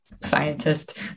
scientist